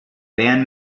band